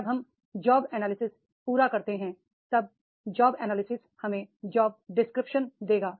जब हम job analysis पूरा करते हैं तब जॉब एनालिसिस हमें जॉब डिस्क्रिप्शन देगा